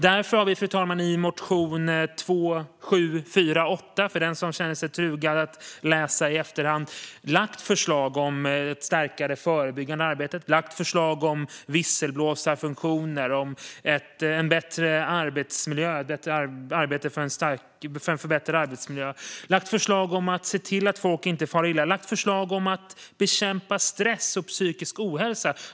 Därför, fru talman, har vi i motion 2748, för den som känner sig trugad att läsa i efterhand, lagt fram förslag om starkare förebyggande arbete, om visselblåsarfunktioner, om arbete för en förbättrad arbetsmiljö, om att se till att folk inte far illa och om att bekämpa stress och psykisk ohälsa.